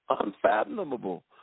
unfathomable